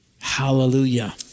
Hallelujah